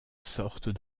sortes